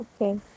Okay